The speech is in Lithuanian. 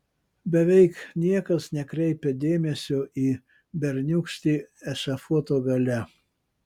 beveik niekas nekreipė dėmesio į berniūkštį ešafoto gale